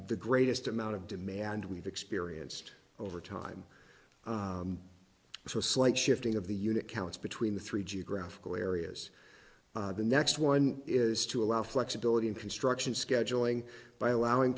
the greatest amount of demand we've experienced over time so a slight shifting of the unit counts between the three geographical areas the next one is to allow flexibility in construction scheduling by allowing